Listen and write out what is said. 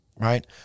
right